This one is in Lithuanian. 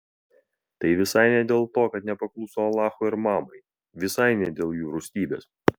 tai visai ne dėl to kad nepakluso alachui ar mamai visai ne dėl jų rūstybės